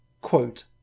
Quote